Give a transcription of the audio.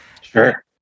sure